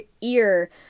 ear